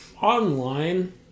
online